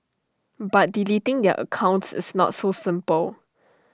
but deleting their accounts is not so simple